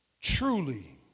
truly